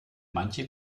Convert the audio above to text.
manche